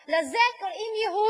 לזה קוראים "ייהוד".